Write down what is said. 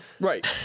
Right